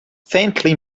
faintly